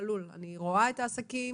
אני רואה את העסקים